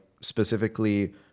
specifically